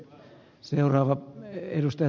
arvoisa puhemies